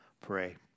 pray